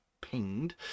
pinged